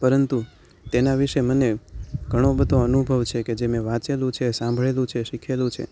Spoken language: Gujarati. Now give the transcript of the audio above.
પરંતુ તેના વિશે મને ઘણો બધો અનુભવ છે કે જે મેં વાંચેલું છે સાંભળેલું છે શીખેલું છે